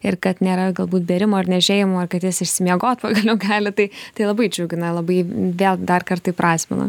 ir kad nėra galbūt bėrimo ar niežėjimo ir kad jis išsimiegot pagaliau gali tai tai labai džiugina labai vėl dar kartą įprasmina